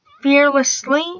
fearlessly